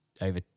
over